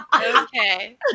Okay